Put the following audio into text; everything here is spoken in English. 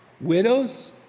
Widows